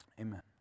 Amen